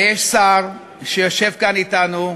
ויש שר, שיושב כאן אתנו,